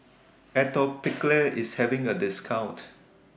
Atopiclair IS having A discount